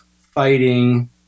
fighting